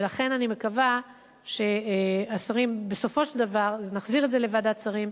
ולכן אני מקווה שבסופו של דבר נחזיר את זה לוועדת שרים,